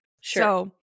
Sure